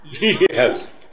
Yes